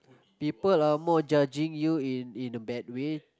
people more judging you in a bad way